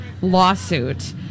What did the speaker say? lawsuit